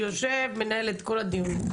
הוא יושב, מנהל את כל הדיונים.